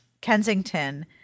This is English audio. Kensington